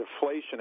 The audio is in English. deflation